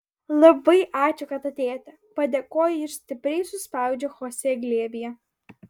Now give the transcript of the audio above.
labai ačiū kad atėjote padėkoju ir stipriai suspaudžiu chosė glėbyje